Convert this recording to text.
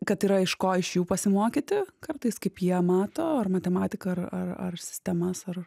kad yra iš ko iš jų pasimokyti kartais kaip jie mato ar matematiką ar ar ar sistemas ar